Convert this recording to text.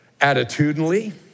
attitudinally